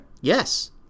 yes